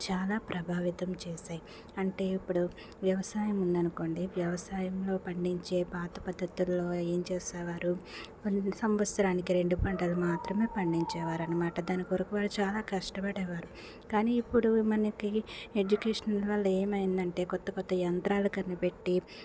చాలా ప్రభావితం చేసాయి అంటే ఇప్పుడు వ్యవసాయం ఉందనుకోండి వ్యవసాయంలో పండించే పాత పద్ధతుల్లో ఏం చేసేవారు సంవత్సరానికి రెండు పంటలు మాత్రమే పండించే వాళ్ళు అనమాట దాని కొరకు వారు చాలా కష్టపడేవారు కానీ ఇప్పుడు మనకి ఎడ్యుకేషన్ వాళ్ళు ఏమైందంటే కొత్త కొత్త యంత్రాల కనిపెట్టి